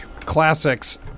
Classics